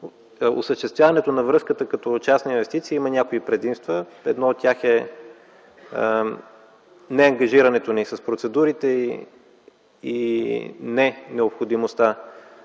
осъществяването на връзката като частни инвестиции има някои предимства. Едно от тях е не ангажирането им с процедурите и не необходимостта